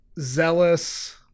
zealous